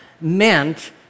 meant